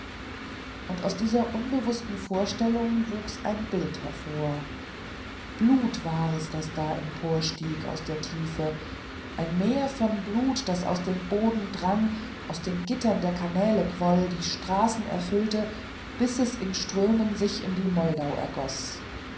und aus dieser unbewußten vorstellung wuchs ein bild hervor blut war's das da emporstieg aus der tiefe ein meer von blut das aus dem boden drang aus den gittern der kanäle quoll die straßen erfüllte bis es in strömen sich in die moldau ergoß